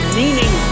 meaning